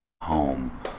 Home